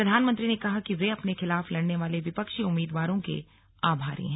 प्रधानमंत्री ने कहा कि वे अपने खिलाफ लड़ने वाले विपक्षी उम्मीदवारों के आभारी हैं